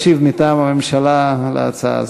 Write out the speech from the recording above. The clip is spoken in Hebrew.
ישיב מטעם הממשלה על ההצעה הזאת.